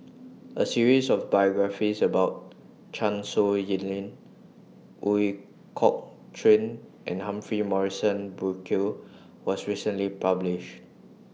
A series of biographies about Chan Sow Lin Ooi Kok Chuen and Humphrey Morrison Burkill was recently published